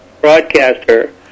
broadcaster